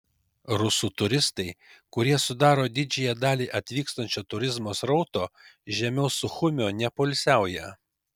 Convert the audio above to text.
rusų turistai kurie sudaro didžiąją dalį atvykstančio turizmo srauto žemiau suchumio nepoilsiauja